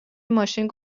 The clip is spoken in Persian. ماشین